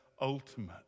ultimate